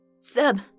Seb